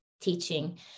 teaching